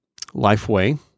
Lifeway